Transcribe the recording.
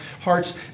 hearts